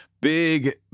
big